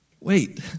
Wait